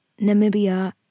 Namibia